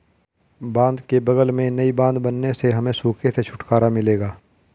गांव के बगल में नई बांध बनने से हमें सूखे से छुटकारा मिलेगा